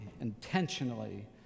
intentionally